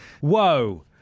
Whoa